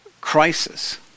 crisis